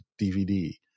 DVD